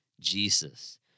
Jesus